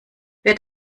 wird